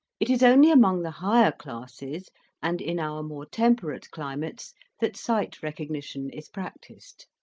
it is only among the higher classes and in our more temperate climates that sight recognition is practised.